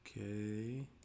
Okay